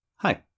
Hi